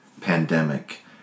pandemic